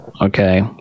Okay